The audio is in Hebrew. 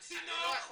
הוא צינור,